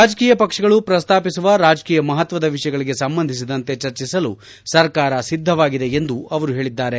ರಾಜಕೀಯ ಪಕ್ಷಗಳು ಪ್ರಸ್ತಾಪಿಸುವ ರಾಜಕೀಯ ಮಹತ್ವದ ವಿಷಯಗಳಿಗೆ ಸಂಬಂಧಿಸಿದಂತೆ ಚರ್ಚಿಸಲು ಸರ್ಕಾರ ಸಿದ್ದವಾಗಿದೆ ಎಂದು ಅವರು ಹೇಳಿದ್ದಾರೆ